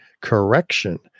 correction